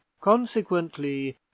consequently